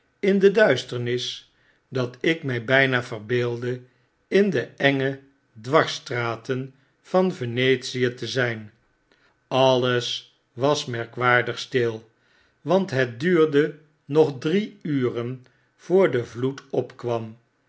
in de duisternis dat ik mfl bijna verbeeldde in de enge dwarsstraten van venetie te zyn alles was merkwaardigstil want het duurde nog drie uren voor de vloed opkwam